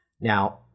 Now